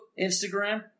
Instagram